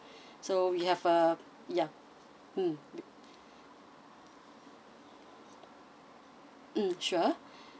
so we have a ya mm mm sure